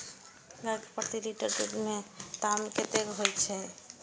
गाय के प्रति लीटर दूध के दाम केतना होय के चाही?